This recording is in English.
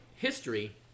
History